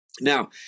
Now